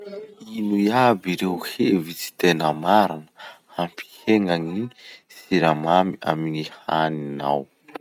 Ino iaby ireo hevitsy tena marina hampihena ny siramamy amin'ny haninao?